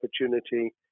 opportunity